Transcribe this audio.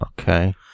Okay